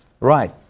Right